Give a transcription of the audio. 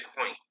point